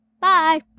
Bye